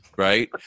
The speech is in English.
right